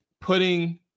putting